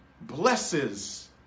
blesses